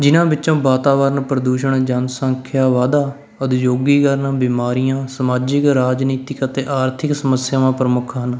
ਜਿਨਾਂ ਵਿੱਚੋਂ ਵਾਤਾਵਰਨ ਪ੍ਰਦੂਸ਼ਣ ਜਨਸੰਖਿਆ ਵਾਧਾ ਉਦਯੋਗੀਕਰਨ ਬਿਮਾਰੀਆਂ ਸਮਾਜਿਕ ਰਾਜਨੀਤਿਕ ਅਤੇ ਆਰਥਿਕ ਸਮੱਸਿਆਵਾਂ ਪ੍ਰਮੁੱਖ ਹਨ